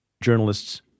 Journalists